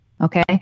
Okay